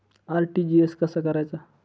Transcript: RTGS कसा करायचा?